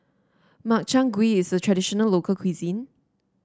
Makchang Gui is a traditional local cuisine